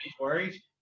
worried